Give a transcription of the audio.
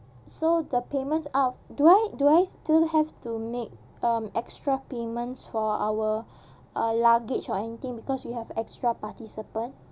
so the payments ah do I do I still have to make um extra payments for our uh luggage or anything because we have extra participant